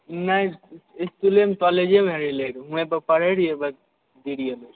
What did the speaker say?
नहि इसकुलेमे काॅलेजेमे हेराए रऽ उहेॅं पर पढ़ै रहियै बस गिर गेलै